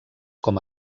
com